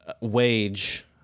wage